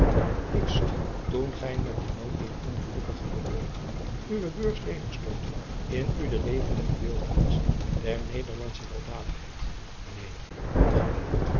ik zag toen gij met den nood dier ongelukkigen bewogen uwe beurs ledig stortte in u de levendige beeldtenis der nederlandsche weldadigheid neen nog meer